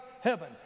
heaven